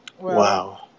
Wow